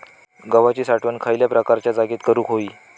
गव्हाची साठवण खयल्या प्रकारच्या जागेत करू होई?